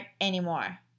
anymore